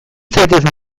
zaitez